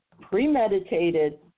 premeditated